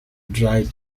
dry